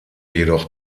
jedoch